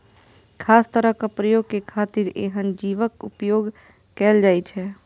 खास तरहक प्रयोग के खातिर एहन जीवक उपोयग कैल जाइ छै